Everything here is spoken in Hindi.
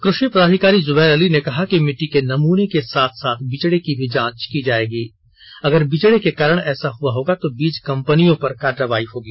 कृषि पदाधिकारी जुबैर अली ने कहा कि भिट्टी के नमूने के साथ साथ बिचड़े की भी जाँच की जायेगी अगर बिचड़ा के कारण ऐसा हुआ होगा तो बीज कम्पनियों पर कार्रवाई होगी